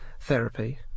therapy